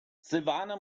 silvana